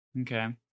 Okay